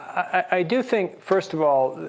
i do think, first of all,